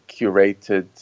curated